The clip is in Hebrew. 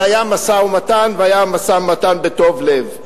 אבל היה משא-ומתן והיה משא-ומתן בטוב לב.